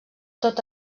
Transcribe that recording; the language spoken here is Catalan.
tot